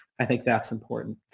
i think that's important.